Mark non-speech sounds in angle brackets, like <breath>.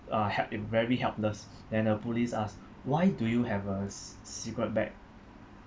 uh help~ very helpless <breath> and uh police asked why do you have uh ci~ cigarette pack